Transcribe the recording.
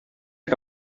que